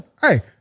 Hey